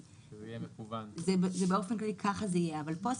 שזה יהיה מקוון ובאופן כללי כך זה יהיה אבל כאן באופן